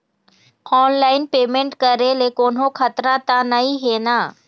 Online payment करे ले कोन्हो खतरा त नई हे न?